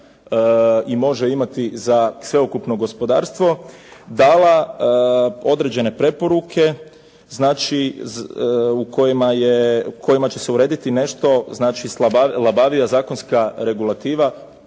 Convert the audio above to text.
i može imati za sveukupno gospodarstvo dala određene preporuke, znači kojima će se urediti nešto, znači labavija zakonska regulativa